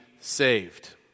saved